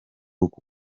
uku